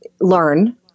learn